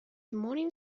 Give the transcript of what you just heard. morning